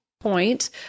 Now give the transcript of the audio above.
point